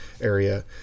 area